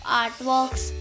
artworks